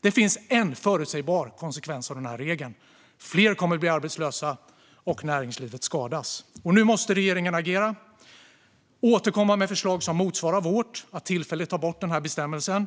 Det finns en förutsägbar konsekvens av regeln, nämligen att fler kommer att bli arbetslösa och näringslivet skadas. Nu måste regeringen agera och återkomma med förslag som motsvarar vårt förslag, det vill säga att tillfälligt ta bort bestämmelsen,